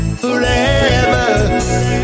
forever